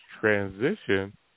transition